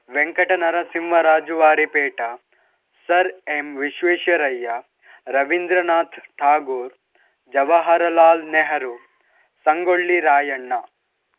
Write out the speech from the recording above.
Venkata Narasimharaju Vari Peta sir M Visvesvaraya Rabindranath Tagore Jawaharlal Nehru Sangolli Rayanna